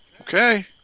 Okay